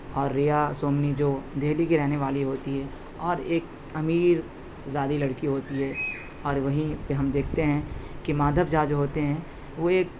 اور ریا سومنی جو دہلی کی رہنے والی ہوتی ہے اور ایک امیر زادی لڑکی ہوتی ہے اور وہیں پہ ہم دیکھتے ہیں کہ مادھو جھا جو ہوتے ہیں وہ ایک